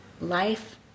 life